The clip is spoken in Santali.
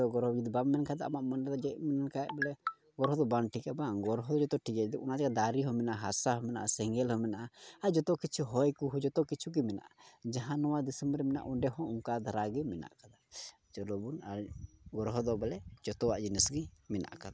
ᱡᱚᱛᱚ ᱜᱨᱚᱦᱚ ᱡᱩᱫᱤ ᱵᱟᱢ ᱢᱮᱱ ᱠᱷᱟᱡ ᱫᱚ ᱟᱢᱟᱜ ᱢᱚᱱᱮ ᱛᱮᱫᱚ ᱠᱷᱟᱡ ᱵᱚᱞᱮ ᱜᱨᱚᱦᱚ ᱫᱚ ᱵᱟᱝ ᱴᱷᱤᱠᱟ ᱵᱟᱝ ᱜᱨᱚᱦᱚ ᱫᱚ ᱡᱚᱛᱚ ᱴᱷᱤᱠᱟ ᱜᱮᱭᱟ ᱡᱩᱫᱤ ᱫᱟᱨᱮ ᱦᱚᱸ ᱢᱮᱱᱟᱜᱼᱟ ᱦᱟᱥᱟ ᱦᱚᱸ ᱢᱮᱱᱟᱜᱼᱟ ᱥᱮᱸᱜᱮᱞ ᱦᱚᱸ ᱢᱮᱱᱟᱜᱼᱟ ᱟᱨ ᱡᱚᱛᱚ ᱠᱤᱪᱷᱩ ᱦᱚᱭ ᱠᱚ ᱦᱚᱸ ᱡᱚᱛᱚ ᱠᱤᱪᱷᱩ ᱜᱮ ᱢᱮᱱᱟᱜᱼᱟ ᱡᱟᱦᱟᱸ ᱱᱚᱣᱟ ᱫᱤᱥᱚᱢ ᱨᱮ ᱢᱮᱱᱟᱜᱼ ᱟ ᱚᱸᱰᱮ ᱦᱚᱸ ᱚᱱᱠᱟ ᱫᱷᱟᱨᱟ ᱜᱮ ᱢᱮᱱᱟᱜ ᱠᱟᱫᱟ ᱪᱚᱞᱚᱵᱚᱱ ᱜᱨᱚᱦᱚ ᱫᱚ ᱵᱚᱞᱮ ᱡᱚᱛᱚ ᱠᱚᱣᱟᱜ ᱡᱤᱱᱤᱥ ᱜᱮ ᱢᱮᱱᱟᱜ ᱠᱟᱫᱟ